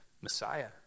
Messiah